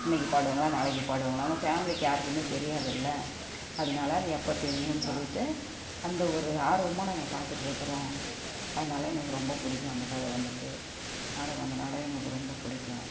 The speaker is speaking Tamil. இன்னக்கு பாடுவாங்களா நாளைக்கு பாடுவாங்களான்னு ஃபேமிலிக்கு யாருக்குமே தெரியாதுல்லை அதனால அது எப்போ தெரியுன்னு சொல்லிவிட்டு அந்த ஒரு ஆர்வமாக நாங்கள் பார்த்துட்ருக்குறோம் அதனால எங்களுக்கு ரொம்ப பிடிக்கும் அந்த கதை வந்துவிட்டு நாடகம் அந்த நாடகம் எங்களுக்கு ரொம்ப பிடிக்கும்